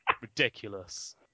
Ridiculous